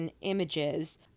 images